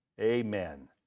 amen